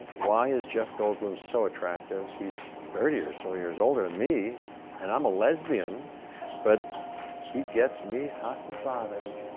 why is jeff goldblum so attractive? he's thirty or so years older than me and i'm a lesbian but he gets me hot and bothered.